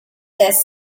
this